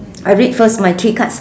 I read first my three cards